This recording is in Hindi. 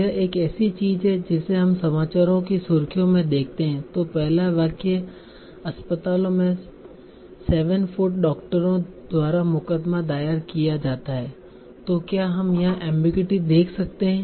यह एक ऐसी चीज है जिसे हम समाचारों की सुर्खियों में देखते हैं तो पहला वाक्य है अस्पतालों में 7 फुट डॉक्टरों द्वारा मुकदमा दायर किया जाता है तो क्या हम यहां एमबीगुइटी देख सकते हैं